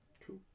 Cool